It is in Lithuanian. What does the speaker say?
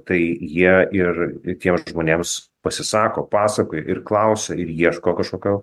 tai jie ir tiems žmonėms pasisako pasakoja ir klausia ir ieško kažkokio